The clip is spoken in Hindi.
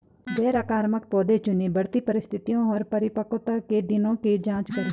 गैर आक्रामक पौधे चुनें, बढ़ती परिस्थितियों और परिपक्वता के दिनों की जाँच करें